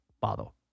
Bottle